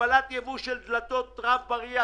הגבלת ייבוא של דלתות רב-בריח,